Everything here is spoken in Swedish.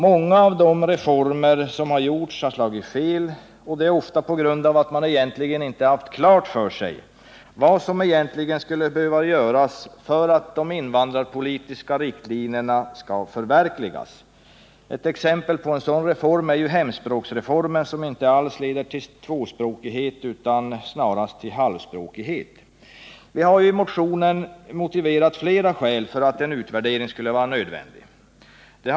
Många av de reformer som har genomförts har slagit fel, och det beror ofta på att man inte har haft klart för sig vad som egentligen skulle behöva göras för att de invandrarpolitiska riktlinjerna skall förverkligas. Ett exempel på en sådan reform är hemspråksreformen, som inte alls leder till tvåspråkighet utan snarast till halvspråkighet. Vi har i motionen angivit flera skäl för en utvärdering av minoritetsoch invandrarpolitiken.